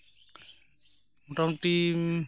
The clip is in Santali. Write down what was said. ᱢᱚᱴᱟᱢᱩᱴᱤ